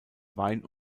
wein